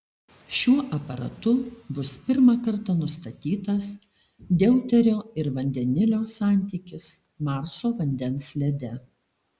šiuo aparatu bus pirmą kartą nustatytas deuterio ir vandenilio santykis marso vandens lede